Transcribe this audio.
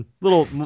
little